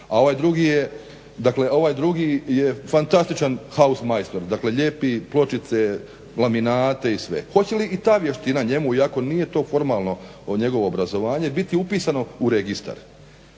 a ovaj drugi je fantastičan house majstor. Dakle lijepi pločice, laminate i sve. Hoće li i ta vještina njemu, iako nije to formalno njegovo obrazovanje biti upisana u registar?